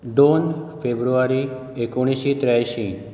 दोन फेब्रुवारी एकुणशें त्रेयांशी